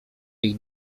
ich